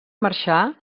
marxar